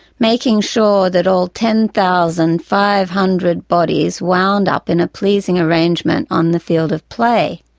making sure that all ten thousand five hundred bodies wound up in a pleasing arrangement on the field of play.